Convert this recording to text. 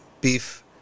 Beef